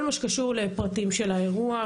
כל מה שקשור לפרטים של האירוע,